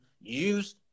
use